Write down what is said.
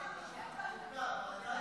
27)